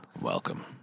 welcome